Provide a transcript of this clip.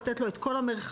לתת לו את כל המרחב.